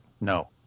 no